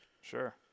Sure